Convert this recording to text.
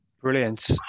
brilliant